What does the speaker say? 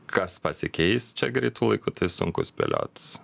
kas pasikeis čia greitu laiku tai sunku spėliot